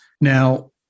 Now